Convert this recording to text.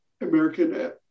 American